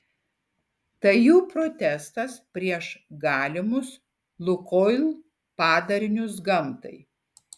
tai jų protestas prieš galimus lukoil padarinius gamtai